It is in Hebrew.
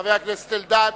חבר הכנסת אלדד.